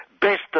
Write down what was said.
best